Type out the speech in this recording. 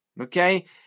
Okay